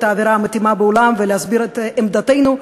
האווירה המתאימה בעולם ולהסביר את עמדתנו,